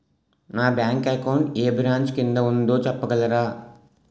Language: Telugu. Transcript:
నా బ్యాంక్ అకౌంట్ ఏ బ్రంచ్ కిందా ఉందో చెప్పగలరా?